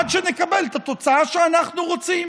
עד שנקבל את התוצאה שאנחנו רוצים,